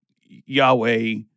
Yahweh